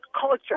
culture